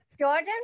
Jordan